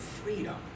freedom